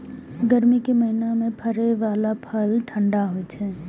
गर्मी के महीना मे फड़ै बला फल ठंढा होइ छै